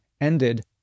ended